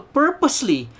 purposely